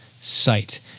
Site